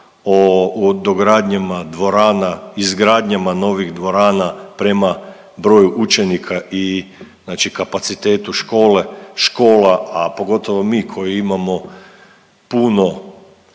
o dogradnjama dvorana, izgradnjama novih dvorana prema broju učenika i znači kapacitetu škole, škola, a pogotovo mi koji imamo puno